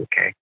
Okay